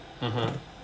(uh huh)